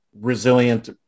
resilient